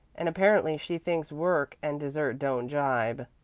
and apparently she thinks work and dessert don't jibe.